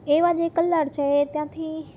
તો એવા જે કલર છે એ ત્યાંથી